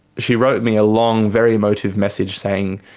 she wrote me a long, very emotive message, saying,